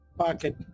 pocket